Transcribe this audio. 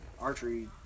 archery